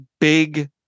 big